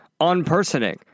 unpersoning